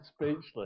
speechless